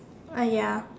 a ya